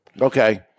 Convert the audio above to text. Okay